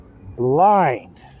blind